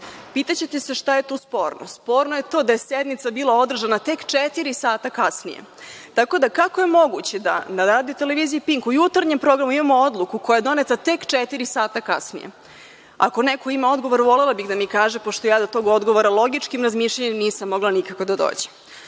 Pitaćete se šta je tu sporno? Sporno je to da je sednica bila održana tek četiri sata kasnije. Tako da, kako je moguće da na RTV „Pink“ u jutarnjem programu imamo odluku koja je doneta tek četiri sata kasnije? Ako neko ima odgovor volela bih da mi kaže, pošto do tog odgovora logičkim razmišljanjem nisam mogla nikako da